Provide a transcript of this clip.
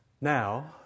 Now